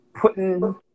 putting